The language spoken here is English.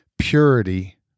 purity